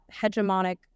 hegemonic